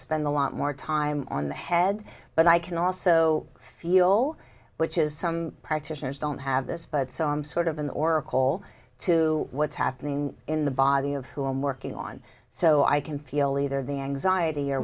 spend a lot more time on the head but i can also feel which is some practitioners don't have this but so i'm sort of an oracle to what's happening in the body of who i'm working on so i can feel either the anxiety or